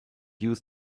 use